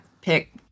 pick